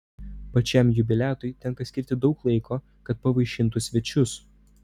pačiam jubiliatui tenka skirti daug laiko kad pavaišintų svečius